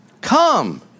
Come